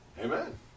Amen